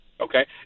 Okay